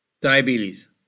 diabetes